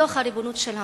בתוך הריבונות של המדינה.